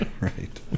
Right